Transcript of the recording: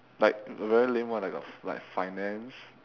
like very lame [one] like got like finance